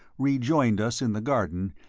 rejoined us in the garden,